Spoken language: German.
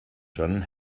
john